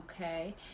Okay